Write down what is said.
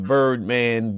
Birdman